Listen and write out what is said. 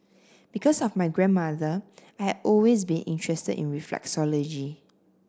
because of my grandmother I had always been interested in reflexology